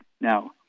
Now